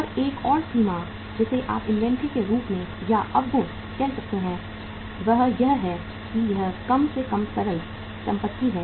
और एक और सीमा जिसे आप इन्वेंट्री के रूप में या अवगुण कह सकते हैं वह यह है कि यह कम से कम तरल संपत्ति है